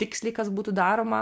tiksliai kas būtų daroma